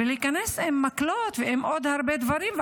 ולהיכנס עם מקלות ועם עוד הרבה דברים.